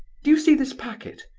do you see this packet?